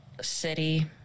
City